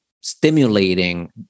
stimulating